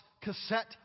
cassette